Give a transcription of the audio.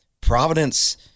Providence